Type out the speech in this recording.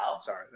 Sorry